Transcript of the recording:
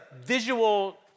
visual